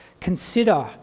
consider